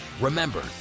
Remember